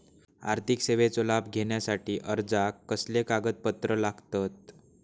आर्थिक सेवेचो लाभ घेवच्यासाठी अर्जाक कसले कागदपत्र लागतत?